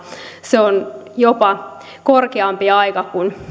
se on jopa korkeampi aika kuin